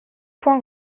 point